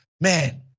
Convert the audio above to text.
man